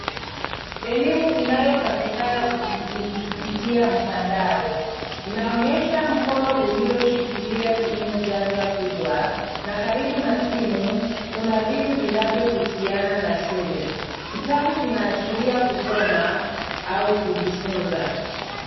Elimu inayopatikana kupitia mtandao inaonyesha mkono ulioshikilia simu janja kubwa na karibu na simu kuna vitu vinavyohusiana na shule, kitabu kinaashiria kusoma au kujifunza.